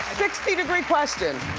sixty degree question.